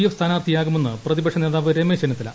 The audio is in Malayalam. എഫ് സ്ഥാനാർത്ഥിയാകുമെന്ന് പ്രതിപക്ഷ നേതാവ് രമേശ് ചെന്നിത്തല